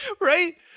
Right